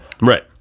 Right